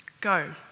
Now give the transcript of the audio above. go